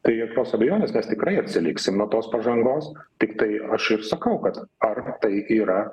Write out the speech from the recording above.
be jokios abejonės mes tikrai atsiliksim nuo tos pažangos tiktai aš ir sakau kad arba tai yra